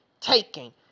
taking